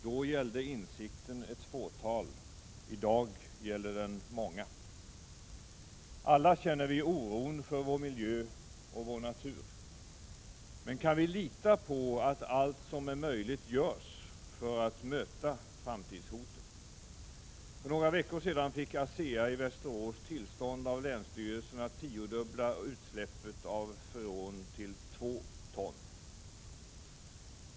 Då gällde insikten ett fåtal, i dag gäller den många. Alla känner vi oron för vår miljö och vår natur. Men kan vi lita på att allt som är möjligt görs för att möta framtidshoten? För några veckor sedan fick ASEA i Västerås tillstånd av länsstyrelsen att tiodubbla utsläppet av freon till 2 ton.